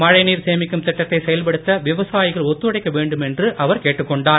மழை நீர் சேமிக்கும் திட்டத்தை செயல்படுத்த விவசாயிகள் ஒத்துழைக்க வேண்டுமென்று அவர் கேட்டுக் கொண்டார்